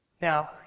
Now